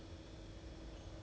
eight tables ah